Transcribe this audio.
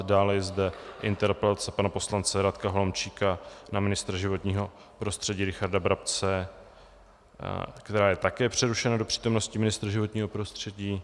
Dále je zde interpelace pana poslance Radka Holomčíka na ministra životního prostředí Richarda Brabce, která je také přerušena do přítomnosti ministra životního prostředí.